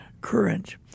current